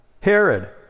Herod